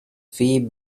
fee